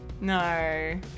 No